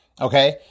okay